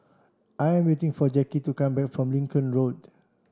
I am waiting for Jackie to come back from Lincoln Road